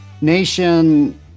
Nation